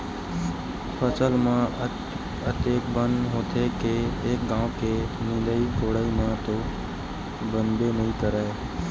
फसल म अतेक बन होथे के एक घांव के निंदई कोड़ई म तो बनबे नइ करय